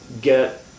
get